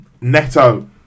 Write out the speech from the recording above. Neto